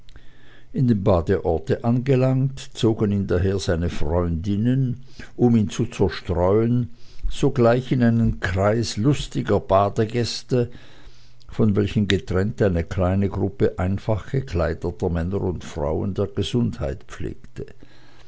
in dem badeort angelangt zogen ihn daher seine freundinnen um ihn zu zerstreuen sogleich in einen kreis lustiger badegäste von welchen getrennt eine kleine gruppe einfach gekleideter männer und frauen der gesundheit pflegte